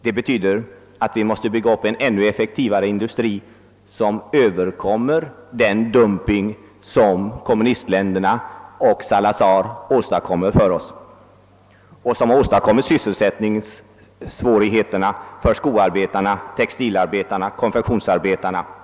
Det betyder att vi måste bygga upp en ännu effektivare industri som kan ta upp kampen med den dumping som kommunistländerna och Salazarregimen bedriver och som har skapat sysselsättningssvårigheterna för skoarbetarna, textilarbetarna och konfektionsarbetarna i vårt land.